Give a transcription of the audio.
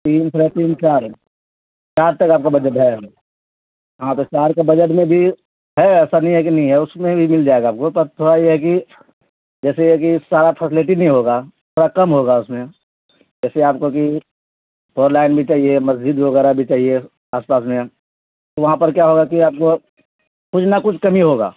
تین س تین چار چار تک آپ کا بجٹ ہے ہاں تو چار کے بجٹ میں بھی ہے ایسا نہیں ہے کہ نہیں ہے اس میں بھی مل جائے گا آپ کو پرس تھوڑا یہ ہے کہ جیسے یہ کہ سارا فیسلٹی نہیں ہوگا تھوڑا کم ہوگا اس میں جیسے آپ کو کہ فور لائن بھی چاہیے مسجد وغیرہ بھی چاہیے آس پاس میں وہاں پر کیا ہوگا کہ آپ کو کچھ نہ کچھ کمی ہوگا